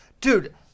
Dude